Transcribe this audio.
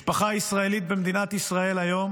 משפחה ישראלית במדינת ישראל היום